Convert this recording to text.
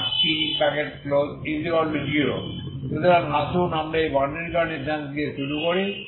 সুতরাং আসুন আমরা এই বাউন্ডারি কন্ডিশনস দিয়ে শুরু করি